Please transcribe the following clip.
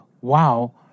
Wow